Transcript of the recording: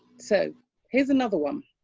so here's another one.